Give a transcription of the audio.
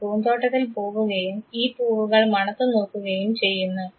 അവൻ പൂന്തോട്ടത്തിൽ പോവുകയും ഈ പൂവുകൾ മണത്തു നോക്കുകയും ചെയ്യുന്നു